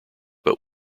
but